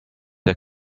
der